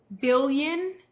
Billion